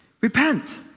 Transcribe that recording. Repent